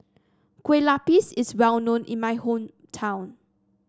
Kueh Lupis is well known in my hometown